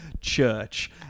church